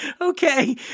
Okay